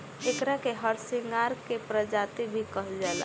एकरा के हरसिंगार के प्रजाति भी कहल जाला